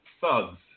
thugs